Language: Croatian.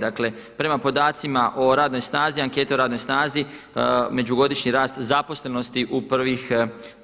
Dakle prema podacima o radnoj snazi anketi o radnoj snazi međugodišnji rast zaposlenosti u prvih